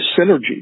synergy